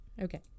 Okay